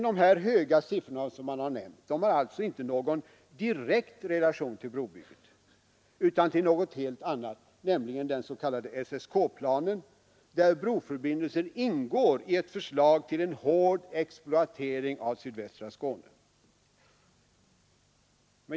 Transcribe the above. De höga siffror som nämnts har alltså inte någon direkt relation till brobygget utan till något helt annat, nämligen den s.k. SSK-planen, där broförbindelsen ingår i ett förslag till en hård exploatering av sydvästra Skåne.